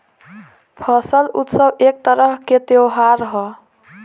फसल उत्सव एक तरह के त्योहार ह